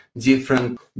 different